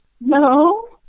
No